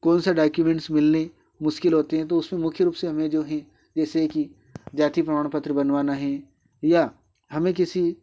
कौन से डॉक्यूमेंटस मिलने मुश्किल होती है तो उसमें मुख्य रूप से हमें जो है जैसे कि जाति प्रमाण पत्र बनवाना है या हमें किसी